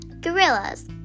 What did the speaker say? gorillas